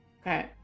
Okay